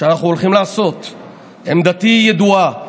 אמירה קשה.